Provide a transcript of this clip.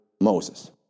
Moses